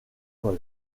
col